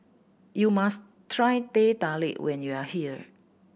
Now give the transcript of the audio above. you must try Teh Tarik when you are here